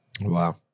Wow